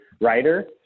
writer